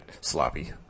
sloppy